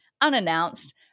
unannounced